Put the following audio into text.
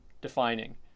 defining